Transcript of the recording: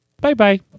bye-bye